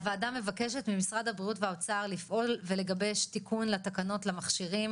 הוועדה מבקשת ממשרד הבריאות והאוצר לפעול ולגבש תיקון לתקנות למכשירים